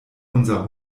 unser